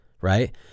right